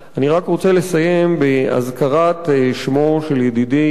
אני רק רוצה לסיים בהזכרת שמו של ידידי,